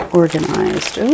organized